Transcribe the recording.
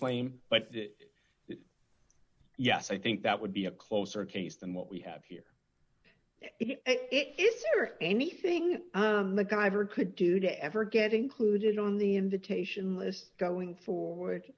claim but yes i think that would be a closer case than what we have here if there anything the guy ever could do to ever get included on the invitation list going for it